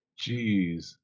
Jeez